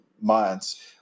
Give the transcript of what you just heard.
months